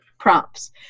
prompts